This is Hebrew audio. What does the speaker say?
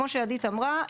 כמו שעדית אמרה,